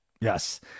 Yes